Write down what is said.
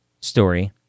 story